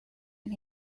and